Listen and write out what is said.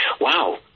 Wow